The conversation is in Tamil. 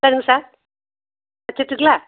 சரிங்க சார் வச்சுருட்டுங்களா